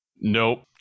Nope